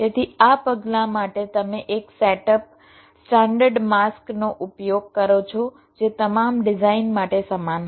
તેથી આ પગલાં માટે તમે એક સેટ અપ સ્ટાન્ડર્ડ માસ્ક નો ઉપયોગ કરો છો જે તમામ ડિઝાઇન માટે સમાન હશે